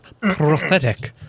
Prophetic